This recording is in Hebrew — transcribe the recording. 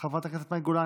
חבר הכנסת בוסו,